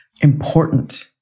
important